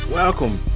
welcome